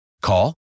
Call